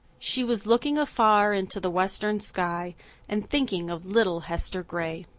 she was looking afar into the western sky and thinking of little hester gray.